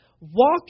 walk